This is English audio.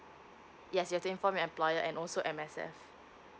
yes yes inform employer and also M_S_F